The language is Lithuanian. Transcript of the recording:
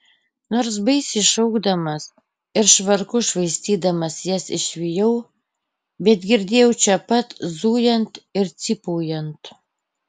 nors baisiai šaukdamas ir švarku švaistydamas jas išvijau bet girdėjau čia pat zujant ir cypaujant